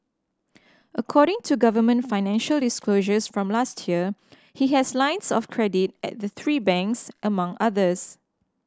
according to government financial disclosures from last year he has lines of credit at the three banks among others